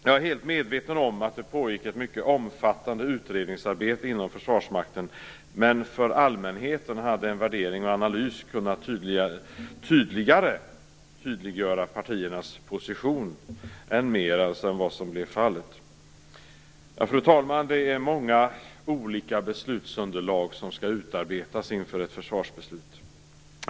Jag är helt medveten om att det pågick ett mycket omfattande utredningsarbete inom Försvarsmakten, men för allmänheten hade en värdering och analys bättre kunnat tydliggöra partiernas position än vad som blev fallet. Fru talman! Det är många olika beslutsunderlag som skall utarbetas inför ett försvarsbeslut.